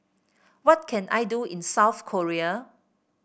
what can I do in South Korea